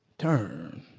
turn